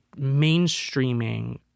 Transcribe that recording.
mainstreaming